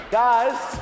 guys